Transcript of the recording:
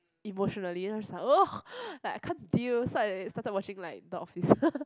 emotionally then I was just like !ugh! like I can't deal so I started watching like the Office